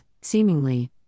seemingly